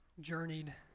journeyed